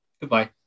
Goodbye